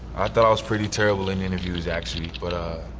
thought i was pretty terrible in interviews actually. but ah,